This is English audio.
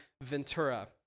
Ventura